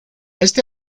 este